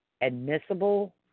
admissible